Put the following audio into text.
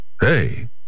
Hey